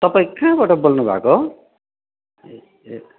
तपाईँ कहाँबाट बोल्नु भएको ए ए